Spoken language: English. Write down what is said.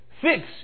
fix